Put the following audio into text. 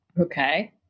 okay